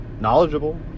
knowledgeable